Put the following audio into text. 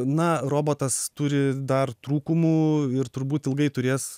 na robotas turi dar trūkumų ir turbūt ilgai turės